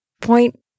point